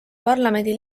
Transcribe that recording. parlamendi